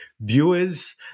viewers